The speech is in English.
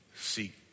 seek